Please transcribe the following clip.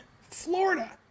Florida